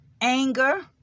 Anger